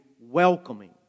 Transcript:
welcoming